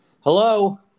Hello